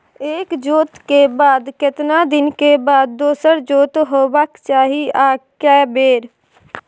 एक जोत के बाद केतना दिन के बाद दोसर जोत होबाक चाही आ के बेर?